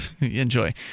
enjoy